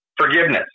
forgiveness